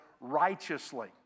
righteously